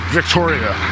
Victoria